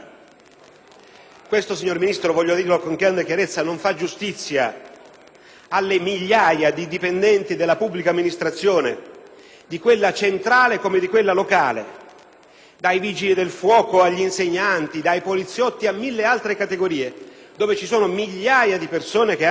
Questo, signor Ministro - voglio dirlo con grande chiarezza - non fa giustizia alle migliaia di dipendenti della pubblica amministrazione, di quella centrale come di quella locale, dai vigili del fuoco agli insegnanti, dai poliziotti a mille altre categorie, alle migliaia di persone che hanno